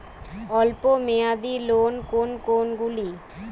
অল্প মেয়াদি লোন কোন কোনগুলি?